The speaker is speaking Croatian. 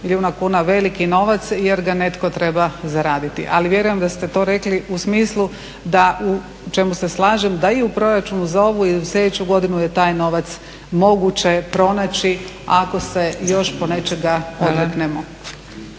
milijuna kuna veliki novac jer ga netko treba zaraditi. Ali vjerujem da ste to rekli u smislu da u čemu se slažem da i u proračunu za ovu i sljedeću godinu je taj novac moguće pronaći ako se još ponečega odreknemo.